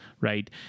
right